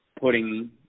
putting